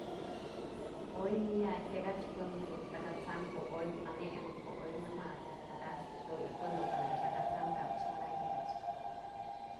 Oy jaya'ay tyakach pën dun takasam ko'o oy anëmëp ko'o oy namab takat'spë a'ax jadun y pën dun kënëk takasam kap a'ax mana tyakach.